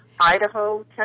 Idaho